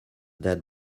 dead